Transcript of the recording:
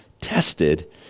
tested